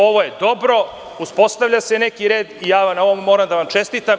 Ovo je dobro, uspostavlja se neki red i ja na ovome moram da vam čestitam.